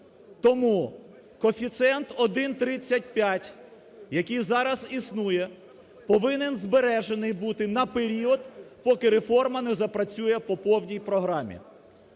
Тому коефіцієнт 1,35, який зараз існує, повинен збережений бути на період, поки реформа не запрацює по повній програмі.